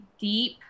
deep